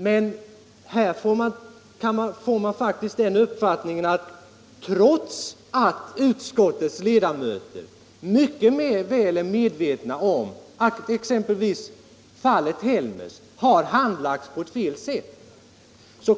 Men här får man faktiskt uppfattningen att trots att utskottets ledamöter är -.mycket väl medvetna om att exempelvis fallet Helmers har handlagts felaktigt